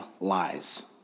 lies